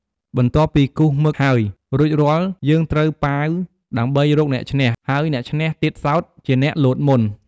បន្ទាប់ពីគូសមឹកហើយរួចរាល់យើងត្រូវប៉ាវដើម្បីរកអ្នកឈ្នះ ហើយអ្នកឈ្នះទៀតសោតជាអ្នកលោតមុន។